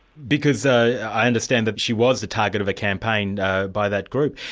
because i i understand that she was the target of a campaign by that group.